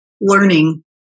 learning